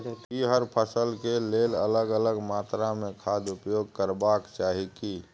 की हर फसल के लेल अलग अलग मात्रा मे खाद उपयोग करबाक चाही की?